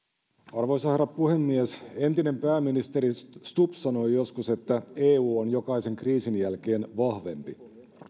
arvoisa herra puhemies entinen pääministeri stubb sanoi joskus että eu on jokaisen kriisin jälkeen vahvempi